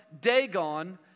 Dagon